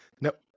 nope